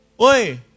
Oi